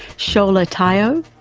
sola tayo,